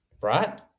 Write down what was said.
right